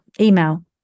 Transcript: email